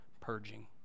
purging